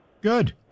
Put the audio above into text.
Good